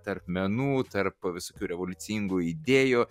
tarp menų tarp visokių revoliucingų idėjų